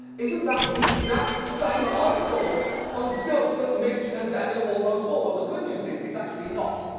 isn't that the exact same eyesore on stilts that mitch and daniel almost bought? well, the good news is, it's actually not.